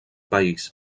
país